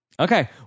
Okay